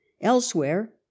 Elsewhere